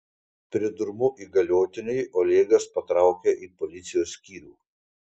pridurmu įgaliotiniui olegas patraukė į policijos skyrių